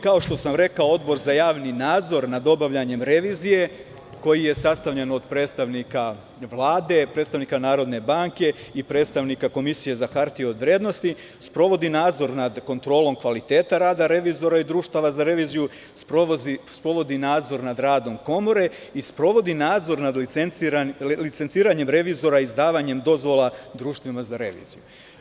Kao što sam rekao, Odbor za javni nadzor nad obavljanjem revizije, koji je sastavljen od predstavnika Vlade, predstavnika Narodne banke i predstavnika Komisije za hartije od vrednosti, sprovodi nadzor nad kontrolom kvaliteta rada revizora i društava za reviziju, sprovodi nadzor nad radom komore i sprovodi nadzor nad licenciranjem revizora izdavanjem dozvola društvima za reviziju.